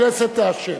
אם הכנסת תאפשר.